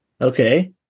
Okay